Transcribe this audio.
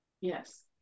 Yes